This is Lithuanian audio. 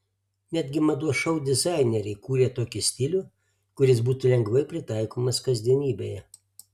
netgi mados šou dizaineriai kūrė tokį stilių kuris būtų lengvai pritaikomas kasdienybėje